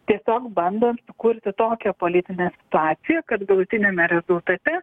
tiesiog bandan kurti tokią politinę situaciją kad galutiniame rezultate